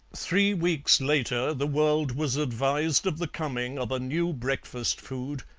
three weeks later the world was advised of the coming of a new breakfast food,